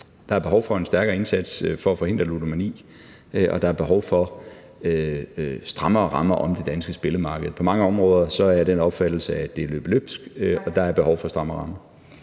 Der er behov for en stærkere indsats for at forhindre ludomani, og der er behov for strammere rammer om det danske spillemarked. På mange områder er jeg af den opfattelse, at det er løbet løbsk, og at der er behov for strammere rammer.